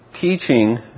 teaching